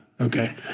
Okay